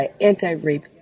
anti-rape